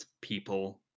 people